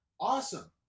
Awesome